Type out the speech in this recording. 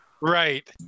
Right